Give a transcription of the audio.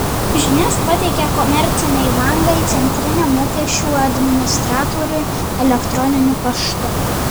žinias pateikia komerciniai bankai centriniam mokesčių administratoriui elektroniniu paštu